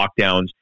lockdowns